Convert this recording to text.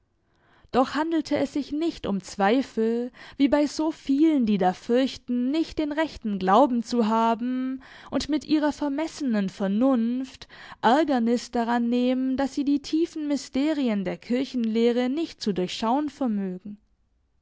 doch handelte es sich nicht um zweifel wie bei so vielen die da fürchten nicht den rechten glauben zu haben und mit ihrer vermessenen vernunft ärgernis daran nehmen daß sie die tiefen mysterien der kirchenlehre nicht zu durchschauen vermögen